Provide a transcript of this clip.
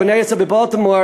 או "נר ישראל" בבולטימור,